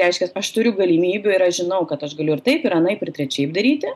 reiškias aš turiu galimybių ir aš žinau kad aš galiu ir taip ir anaip ir trečiaip daryti